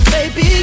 Baby